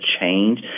change